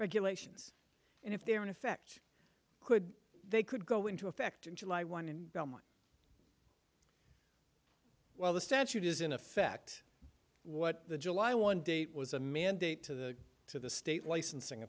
regulations and if they're in effect could they could go into effect in july one in well the statute is in effect what the july one date was a mandate to the to the state licensing